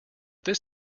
this